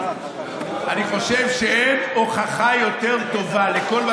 אני חושב שאין הוכחה יותר טובה לכל מה